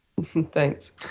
Thanks